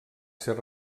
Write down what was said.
ser